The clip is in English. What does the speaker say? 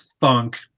funk